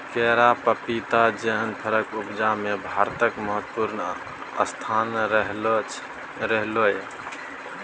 केरा, पपीता जेहन फरक उपजा मे भारतक महत्वपूर्ण स्थान रहलै यै